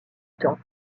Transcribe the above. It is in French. temps